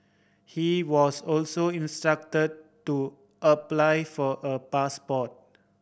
he was also instruct to apply for a passport